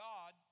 God